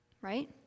Right